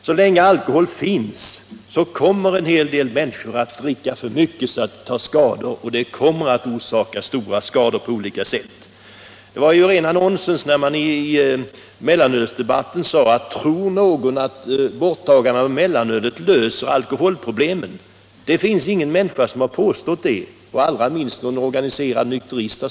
Så länge alkohol finns kommer en hel del människor att dricka för mycket och det kommer att orsaka stora skador på olika sätt. Det var rent nonsens när man i mellanölsdebatten sade: Tror någon att borttagandet av mellanölet löser alkoholproblemen? Det finns ingen människa som har påstått det, allra minst de organiserade nykteristerna.